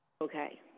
Okay